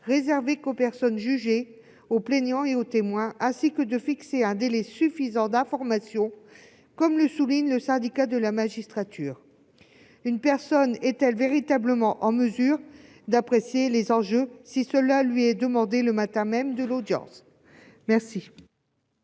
réservé qu'aux personnes jugées, aux plaignants et aux témoins, et de fixer un délai suffisant d'information, comme le souligne le Syndicat de la magistrature. Une personne est-elle véritablement en mesure d'apprécier les enjeux si la demande lui est soumise le matin même de l'audience ? Quel